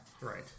Right